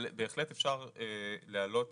אבל בהחלט אפשר להעלות